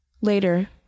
Later